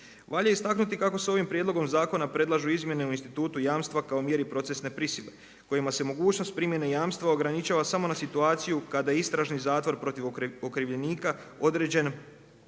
Valja istaknuti kako se ovim prijedlogom zakona predlažu izmjene u Institutu jamstva kao mjeri procesne prisile, kojima se mogućnost primjene jamstva ograničava samo na situaciju kada je istražni zatvor protiv okrivljenika određen